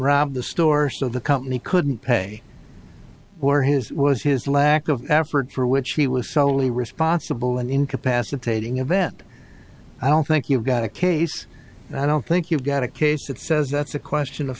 rob the store so the company couldn't pay for his was his lack of effort for which he was solely responsible and incapacitating event i don't think you've got a case and i don't think you've got a case that says that's a question of